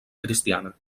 cristiana